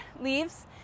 leaves